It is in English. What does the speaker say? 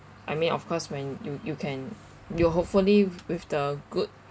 I mean of course when you you can you hopefully with the good